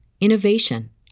innovation